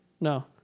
No